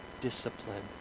discipline